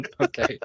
Okay